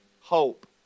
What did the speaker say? hope